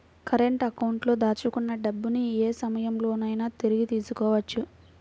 current అకౌంట్లో దాచుకున్న డబ్బుని యే సమయంలోనైనా తిరిగి తీసుకోవచ్చు